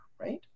right